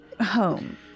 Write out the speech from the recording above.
home